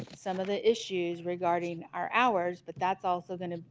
some of the issues regarding our hours, but that's also gonna.